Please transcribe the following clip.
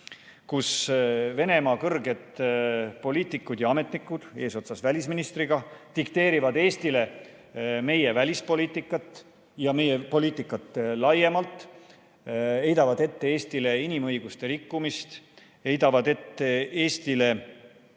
Venemaa kõrged poliitikud ja ametnikud eesotsas välisministriga dikteerivad Eestile meie välispoliitikat ja poliitikat laiemalt, heidavad Eestile ette inimõiguste rikkumist, heidavad Eestile